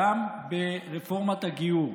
גם ברפורמת הגיור.